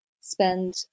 spend